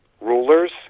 rulers